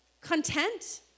content